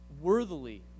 worthily